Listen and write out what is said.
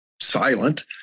silent